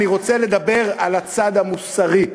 אני רוצה לדבר על הצד המוסרי.